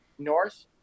North